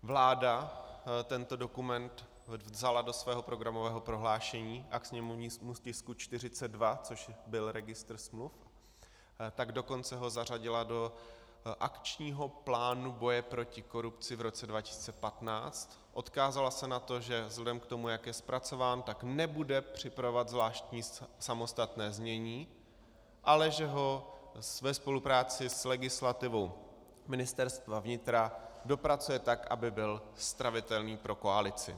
Vláda tento dokument vzala do svého programového prohlášení a k sněmovnímu tisku 42, což byl registr smluv, dokonce ho zařadila do akčního plánu boje proti korupci v roce 2015, odkázala se na to, že vzhledem k tomu, jak je zpracován, nebude připravovat zvláštní samostatné znění, ale že ho ve spolupráci s legislativou Ministerstva vnitra dopracuje tak, aby byl stravitelný pro koalici.